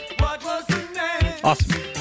Awesome